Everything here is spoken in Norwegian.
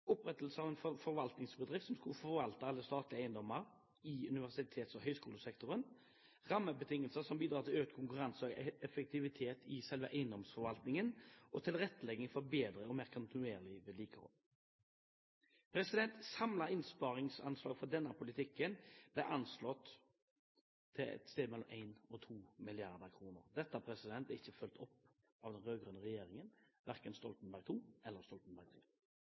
opprettelse av en forvaltningsbedrift som skal forvalte alle statlige eiendommer i universitets- og høgskolesektoren, rammebetingelser som bidrar til økt konkurranse og effektivitet i selve eiendomsforvaltningen og tilrettelegging for bedre og mer kontinuerlig vedlikehold. Samlet innsparingsanslag for denne politikken ble anslått til å være et sted mellom 1 mrd. og 2 mrd. kr. Dette er ikke fulgt opp av den rød-grønne regjeringen, verken av Stoltenberg II eller Stoltenberg